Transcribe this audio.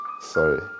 Sorry